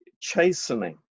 chastening